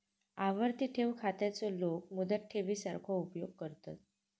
आवर्ती ठेव खात्याचो लोक मुदत ठेवी सारखो उपयोग करतत